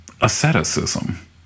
asceticism